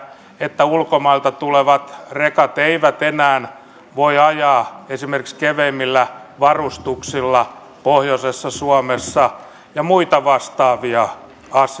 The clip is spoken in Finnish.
että ulkomailta tulevat rekat eivät enää voi ajaa esimerkiksi keveämmillä varustuksilla pohjoisessa suomessa ja muita vastaavia asioita